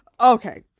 okay